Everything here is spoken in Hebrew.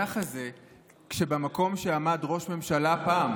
ככה זה כשבמקום שעמד ראש ממשלה פעם,